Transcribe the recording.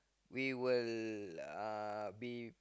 we will uh be